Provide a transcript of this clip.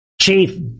Chief